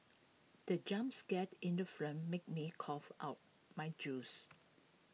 the jump scared in the film made me cough out my juice